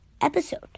episode